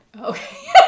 Okay